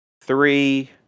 three